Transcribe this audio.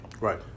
Right